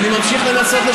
לא יכולה להסיר את ההסתייגות.